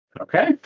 Okay